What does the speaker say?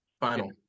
final